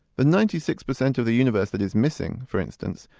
the ninety six percent of the universe that is missing, for instance,